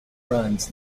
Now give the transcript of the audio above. runs